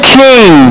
king